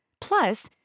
Plus